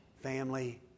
family